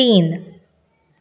तीन